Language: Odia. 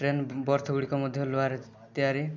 ଟ୍ରେନ୍ ବର୍ଥଗୁଡ଼ିକ ମଧ୍ୟ ଲୁହାରେ ତିଆରି